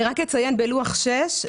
רק אציין בלוח שש,